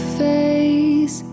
face